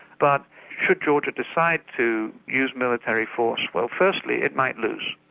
but should georgia decide to use military force, well firstly it might lose.